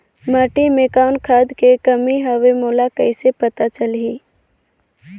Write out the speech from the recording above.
माटी मे कौन खाद के कमी हवे मोला कइसे पता चलही?